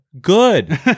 good